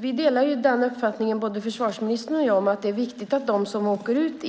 Fru talman! Försvarsministern och jag delar uppfattningen att det är viktigt att de som åker ut